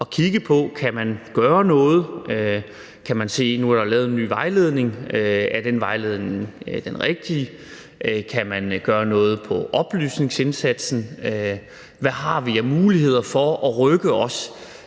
at kigge på: Kan man gøre noget? Kan man kan se på, om den nye vejledning, der er lavet, er den rigtige? Kan man gøre noget på oplysningsindsatsen? Hvad har vi af muligheder for at rykke os